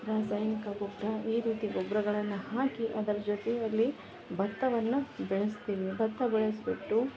ರಾಸಾಯನಿಕ ಗೊಬ್ಬರ ಈ ರೀತಿ ಗೊಬ್ಬರಗಳನ್ನು ಹಾಕಿ ಅದರ ಜೊತೆಯಲ್ಲಿ ಭತ್ತವನ್ನ ಬೆಳೆಸ್ತೀವಿ ಭತ್ತ ಬೆಳ್ಸಿ ಬಿಟ್ಟು